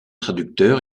traducteur